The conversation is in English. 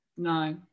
No